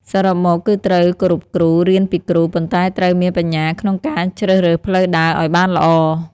សរុបមក គឺត្រូវគោរពគ្រូ រៀនពីគ្រូ ប៉ុន្តែត្រូវមានបញ្ញាក្នុងការជ្រើសរើសផ្លូវដើរឱ្យបានល្អ។